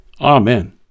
Amen